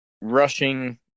rushing